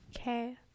Okay